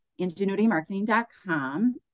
ingenuitymarketing.com